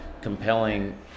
compelling